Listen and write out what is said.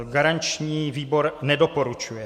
Garanční výbor nedoporučuje.